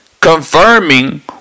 Confirming